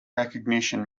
recognition